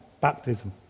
baptism